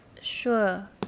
Sure